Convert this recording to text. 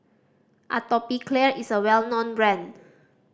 Atopiclair is a well known brand